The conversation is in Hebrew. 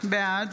בעד